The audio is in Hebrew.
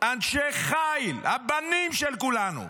אנשי חיל, הבנים של כולנו,